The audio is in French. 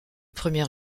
premier